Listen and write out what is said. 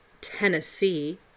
Tennessee